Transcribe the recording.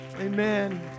Amen